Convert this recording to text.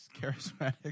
charismatic